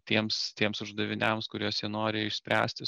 tiems tiems uždaviniams kuriuos jie nori išspręsti